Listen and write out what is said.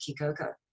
Kikoko